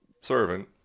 servant